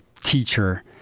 teacher